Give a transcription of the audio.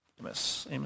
Amos